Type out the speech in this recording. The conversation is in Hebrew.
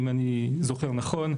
אם אני זוכר נכון,